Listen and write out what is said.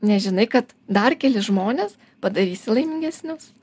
nes žinai kad dar kelis žmones padarysi laimingesnius